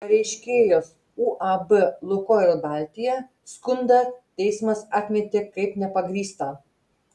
pareiškėjos uab lukoil baltija skundą teismas atmetė kaip nepagrįstą